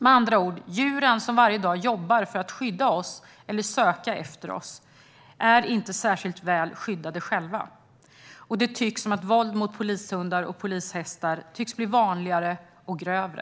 Med andra ord: De djur som varje dag jobbar för att skydda oss eller söka efter oss är inte särskilt väl skyddade själva, och det tycks som om våld mot polishundar och polishästar blir vanligare och grövre.